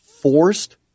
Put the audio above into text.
Forced